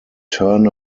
turn